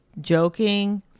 joking